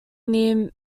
near